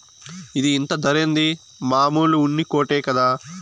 ఇది ఇంత ధరేంది, మామూలు ఉన్ని కోటే కదా